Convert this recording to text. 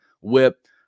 whip